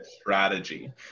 strategy